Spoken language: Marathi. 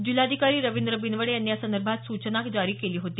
जिल्हाधिकारी रवींद्र बिनवडे यांनी या संदर्भात सूचना केली होती